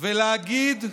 ולהגיד: